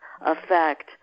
effect